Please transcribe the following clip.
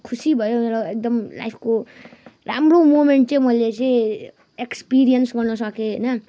खुसी भयो र एकदम लाइफको राम्रो मोमेन्ट चाहिँ मैले चाहिँ एक्सपिरिएन्स गर्न सकेँ होइन